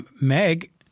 Meg